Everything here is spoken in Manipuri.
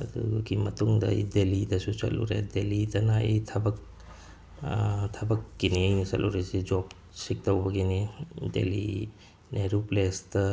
ꯑꯗꯨꯒꯤ ꯃꯇꯨꯡꯗ ꯑꯩ ꯗꯦꯜꯂꯤꯗꯁꯨ ꯆꯠꯂꯨꯔꯦ ꯗꯦꯜꯂꯤꯗꯅ ꯑꯩ ꯊꯕꯛ ꯊꯕꯛꯀꯤꯅꯤ ꯑꯩꯅ ꯆꯠꯂꯨꯔꯤꯁꯤ ꯖꯣꯕ ꯁꯤꯛ ꯇꯧꯕꯒꯤꯅꯤ ꯗꯦꯜꯂꯤ ꯅꯦꯍꯔꯨ ꯄ꯭ꯂꯦꯁꯇ